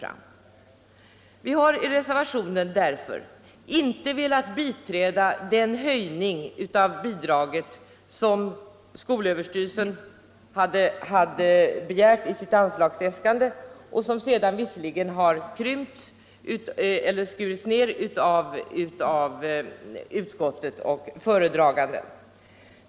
Därför har vi i reservationen inte velat biträda den höjning av bidraget som skolöverstyrelsen hade begärt i sitt anslagsäskande och som sedan visserligen skurits ned av utskottet och föredraganden.